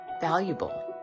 valuable